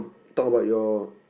talk about your